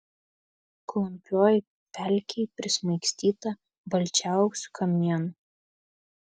klampioj pelkėj prismaigstyta balčiausių kamienų